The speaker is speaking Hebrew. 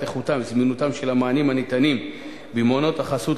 איכותם וזמינותם של המענים הניתנים במעונות החסות